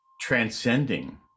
transcending